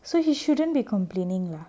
so he shouldn't be complaining lah